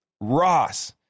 Ross